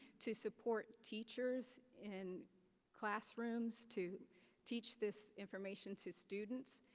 to support teachers in classrooms to teach this information to students.